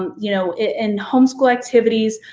um you know in home school activities,